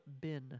bin